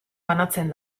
banatzen